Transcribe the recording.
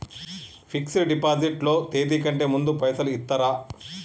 Fix డ్ deposit లో తేది కంటే ముందే పైసలు ఇత్తరా?